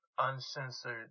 uncensored